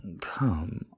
come